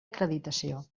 acreditació